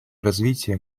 развития